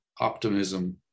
optimism